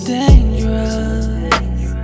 dangerous